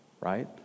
right